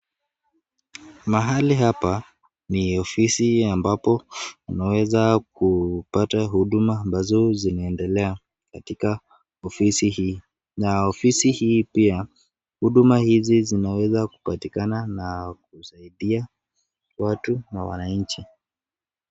Mahali hapa ni ofisi ambapo unaweza kupata huduma ambazo zinaendelea katika ofisi hii. Na ofisi hii pia, huduma hizi zinaweza kupatikana na kusaidia watu na wananchi.